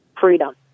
freedom